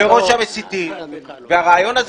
בראש המסיתים עומד ראש הממשלה והרעיון הזה